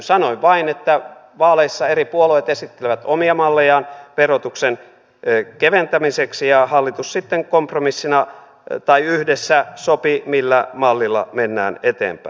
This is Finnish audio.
sanoin vain että vaaleissa eri puolueet esittelevät omia mallejaan verotuksen keventämiseksi ja hallitus sitten kompromissina tai yhdessä sopii millä mallilla mennään eteenpäin